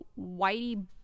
whitey